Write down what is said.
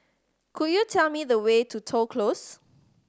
could you tell me the way to Toh Close